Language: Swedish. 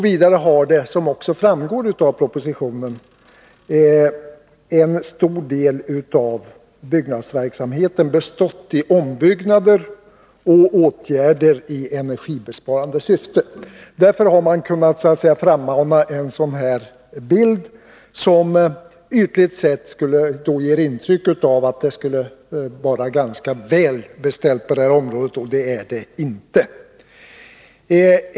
Vidare har, som också framgår av propositionen, en stor del av byggnadsverksamheten bestått i ombyggnader och åtgärder i energibesparande syfte. Därför har man kunnat så att säga frammana en bild som ytligt sett ger intryck av att det skulle vara ganska väl beställt på området, och det är det inte.